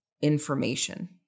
information